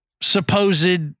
supposed